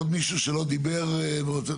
עוד מישהו שלא דיבר ורוצה לדבר?